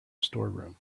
storeroom